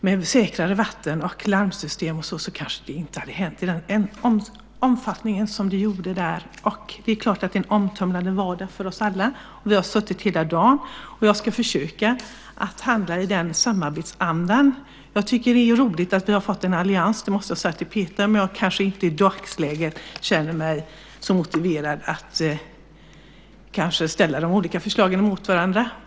Med säkrare vatten och larmsystem hade katastrofen kanske inte fått den omfattning som den fick. Det är klart att vardagen nu är omtumlande för oss alla. Vi har debatterat hela dagen, och jag ska försöka att handla i en samarbetsanda. Det är roligt att vi fått en allians, det måste jag säga till Peter, men jag känner mig kanske inte så motiverad att i dagsläget ställa de olika förslagen mot varandra.